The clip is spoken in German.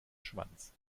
schwanz